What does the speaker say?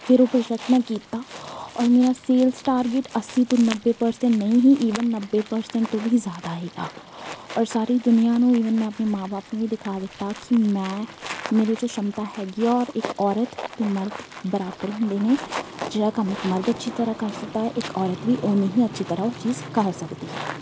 ਫਿਰ ਉਹ ਪ੍ਰੋਜੈਕਟ ਮੈਂ ਕੀਤਾ ਔਰ ਮੇਰਾ ਸੇਲਸ ਟਾਰਗੇਟ ਵੀ ਅੱਸੀ ਤੋਂ ਨੱਬੇ ਪਰਸੈਂਟ ਨਹੀਂ ਸੀ ਈਵਨ ਨੱਬੇ ਪਰਸੈਂਟ ਤੋਂ ਵੀ ਜ਼ਿਆਦਾ ਸੀਗਾ ਔਰ ਸਾਰੀ ਦੁਨੀਆਂ ਨੂੰ ਈਵਨ ਮੈਂ ਆਪਣੇ ਮਾਂ ਬਾਪ ਨੂੰ ਵੀ ਦਿਖਾ ਦਿੱਤਾ ਕਿ ਮੈਂ ਮੇਰੇ 'ਚ ਉਹ ਸ਼ਮਤਾ ਹੈਗੀ ਆ ਔਰ ਇੱਕ ਔਰਤ ਅਤੇ ਮਰਦ ਬਰਾਬਰ ਹੁੰਦੇ ਨੇ ਜਿਹੜਾ ਕੰਮ ਮਰਦ ਅੱਛੀ ਤਰ੍ਹਾਂ ਕਰ ਸਕਦਾ ਹੈ ਇੱਕ ਔਰਤ ਵੀ ਉੰਨੀ ਹੀ ਅੱਛੀ ਤਰ੍ਹਾਂ ਉਹ ਚੀਜ਼ ਕਰ ਸਕਦੀ ਹੈ